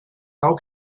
how